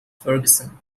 ferguson